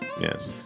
Yes